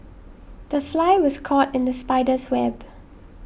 the fly was caught in the spider's web